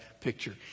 picture